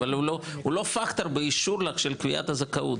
אבל הוא לא פקטור באישור לקביעת הזכאות.